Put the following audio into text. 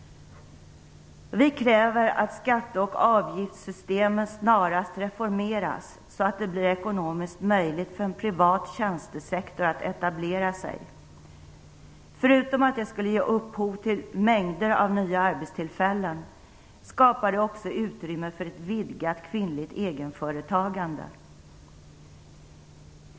Vi kräver att skatte och avgiftssystemen snarast reformeras så att det blir ekonomiskt möjligt för en privat tjänstesektor att etablera sig. Förutom att det skulle ge upphov till mängder av nya arbetstillfällen skapar det också utrymme för ett vidgat kvinnligt egenföretagande.